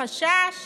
חשש